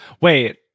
Wait